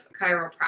chiropractic